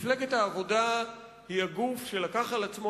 מפלגת העבודה היא הגוף שלקח על עצמו